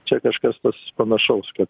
čia kažkas tas panašaus kad